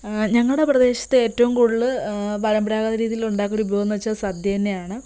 ഞങ്ങളുടെ പ്രദേശത്ത് ഏറ്റവും കൂടുതല് പരമ്പരാഗത രീതിയിൽ ഉണ്ടാക്കുന്ന ഒരു വിഭവം എന്ന് വെച്ചാൽ സദ്യ തന്നെയാണ്